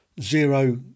zero